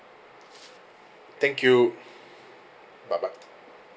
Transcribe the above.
thank you bye bye